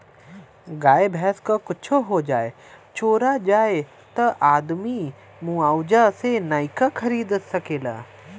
गाय भैंस क कुच्छो हो जाए चाहे चोरा जाए त आदमी मुआवजा से नइका खरीद सकेला